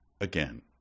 again